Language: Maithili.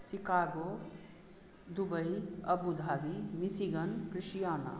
Chicago Dubai Abu Dhabi Michigan क्रिसियाना